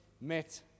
met